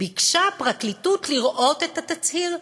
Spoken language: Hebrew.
ביקשה הפרקליטות לראות את התצהיר.